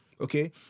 Okay